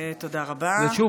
ושוב,